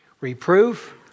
Reproof